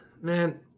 man